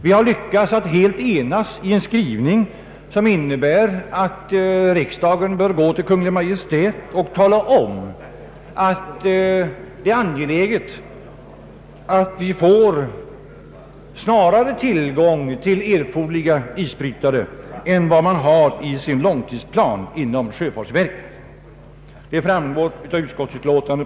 Vi har lyckats att helt ena oss i en skrivning som innebär att riksdagen bör ge till känna för Kungl. Maj:t att det är angeläget att vi får tillgång till erforderliga isbrytare snabbare än vad som förutsätts i sjöfartsverkets långtidsplan.